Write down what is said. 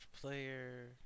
player